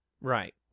Right